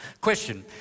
Question